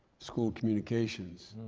school communications.